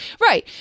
Right